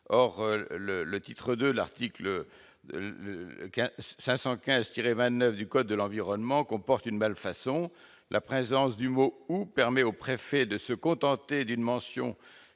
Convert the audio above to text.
le le titre de l'article qu'515 29 du code de l'environnement, comportent une malfaçon la présence du mot ou permet aux préfets de se contenter d'une mention